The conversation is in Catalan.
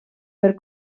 per